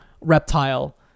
reptile